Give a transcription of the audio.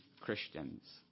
Christians